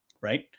right